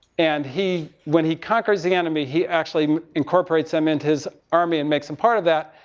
and he, when he conquers the enemy, he actually incorporates them into his army, and makes him part of that.